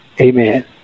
Amen